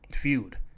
feud